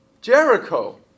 Jericho